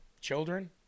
children